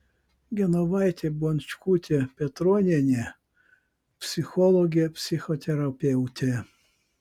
genovaitė bončkutė petronienė psichologė psichoterapeutė